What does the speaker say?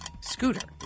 Scooter